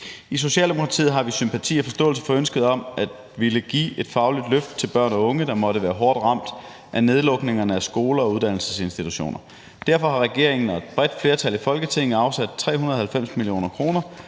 I Socialdemokratiet har vi sympati og forståelse for ønsket om at ville give et fagligt løft til børn og unge, der måtte være hårdt ramt af nedlukningerne af skoler og uddannelsesinstitutioner. Derfor har regeringen og et bredt flertal i Folketinget afsat 390 mio. kr.